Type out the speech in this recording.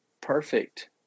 perfect